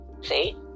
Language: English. see